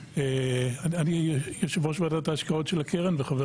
אני יושב ראש ועדת ההשקעות של הקרן וחבר